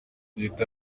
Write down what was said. leta